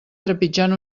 trepitjant